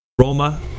Roma